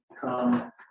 come